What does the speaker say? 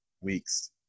weeks